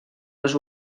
les